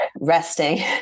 resting